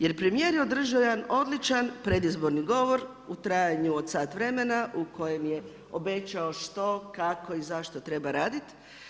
Jer premjer je održao jedan odličan predizborni govor, u trajanju od sat vremena u kojem je obećao, što kako i zašto treba raditi.